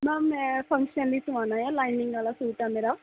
ma'am ਮੈਂ function ਲਈ ਸੁਵਾਣਾ ਏ ਲਾਈਨਿੰਗ ਵਾਲਾ ਸੂਟ ਆ ਮੇਰਾ